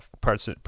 parts